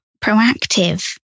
proactive